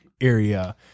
area